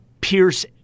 Pierce